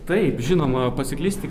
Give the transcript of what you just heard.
taip žinoma pasiklysti